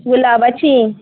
गुलाबाची